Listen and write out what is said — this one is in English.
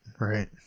Right